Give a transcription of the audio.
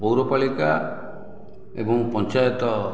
ପୌରପାଳିକା ଏବଂ ପଞ୍ଚାୟତ